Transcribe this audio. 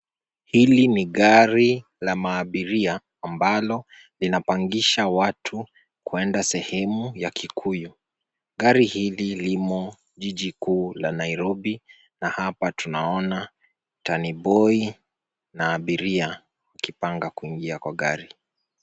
Hili ni gari la maabiria ambalo linapangisha watu kuenda sehemu ya Kikuyu. Gari hili limo jiji kuu la Nairobi na hapa tunaona taniboi na abiria akipanga kuingia kwa gari.